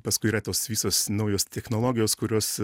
paskui yra tos visos naujos technologijos kurios